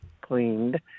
cleaned